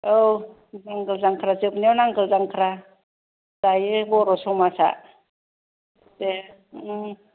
औ नांगाल जांख्रा जोबनायाव नांगाल जांख्रा जायो बर' समाजा दे उम